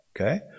Okay